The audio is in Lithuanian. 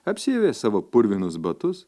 apsiavė savo purvinus batus